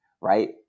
right